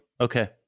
Okay